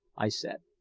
i said.